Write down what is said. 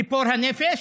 ציפור הנפש.